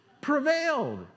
Prevailed